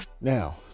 Now